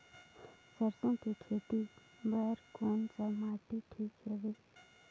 सरसो के खेती बार कोन सा माटी ठीक हवे?